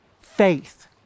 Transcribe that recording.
faith